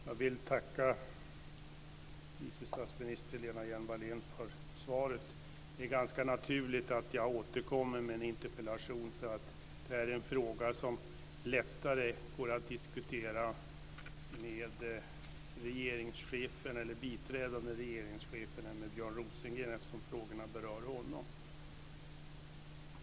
Fru talman! Jag vill tacka vice statsminister Lena Hjelm-Wallén för svaret. Det är ganska naturligt att jag återkommer med en interpellation. Detta är nämligen en fråga som lättare går att diskutera med regeringschefen eller biträdande regeringschefen än med Björn Rosengren eftersom frågan berör honom.